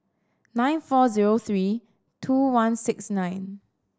nine four zero three two one six nine